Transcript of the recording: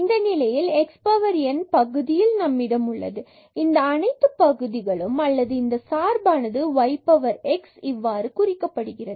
இந்த நிலையில் x power n பகுதியில் நம்மிடம் உள்ளது எனவே இந்த அனைத்து பகுதிகளும் அல்லது இந்த சார்பானது y power x இவ்வாறு குறிக்கப்படுகிறது